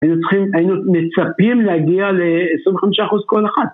היינו צריכים, היינו מצפים להגיע ל25% כל אחת.